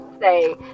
say